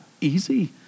easy